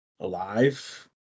Alive